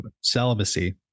celibacy